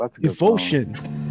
devotion